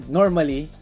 normally